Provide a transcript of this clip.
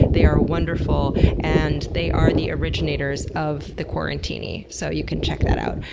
they are wonderful, and they are the originators of the quarantini, so you can check that out.